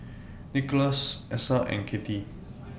Nikolas Essa and Kathey